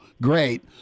great